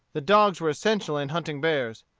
the dogs were essential in hunting bears.